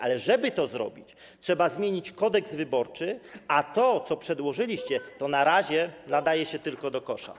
Ale żeby to zrobić, trzeba zmienić Kodeks wyborczy, a to, co przedłożyliście, to na razie nadaje się tylko do kosza.